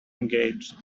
engaged